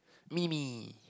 me me